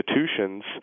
institutions